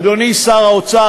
אדוני שר האוצר,